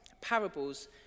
parables